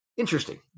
Interesting